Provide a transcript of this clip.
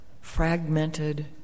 fragmented